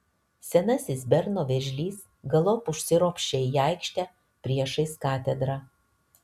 senasis berno vėžlys galop užsiropščia į aikštę priešais katedrą